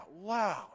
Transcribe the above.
loud